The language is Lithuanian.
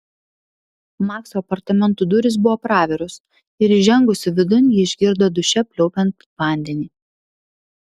makso apartamentų durys buvo praviros ir įžengusi vidun ji išgirdo duše pliaupiant vandenį